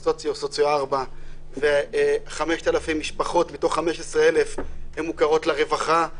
המצב הסוציו-אקונומי הוא 4 ו-5,000 משפחות מתוך 15,000 מוכרות לרווחה.